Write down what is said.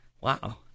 wow